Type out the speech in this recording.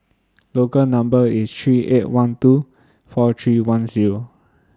Local Number three eight one two four three one Zero